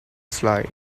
slide